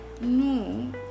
No